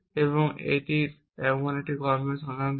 এবং আপনি এমন কর্মের সন্ধান করছেন